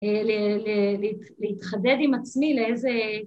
‫להתחדד עם עצמי לאיזה...